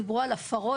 דיברו על הפרות,